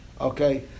Okay